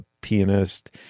pianist